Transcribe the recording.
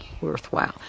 worthwhile